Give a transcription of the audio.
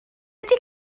ydy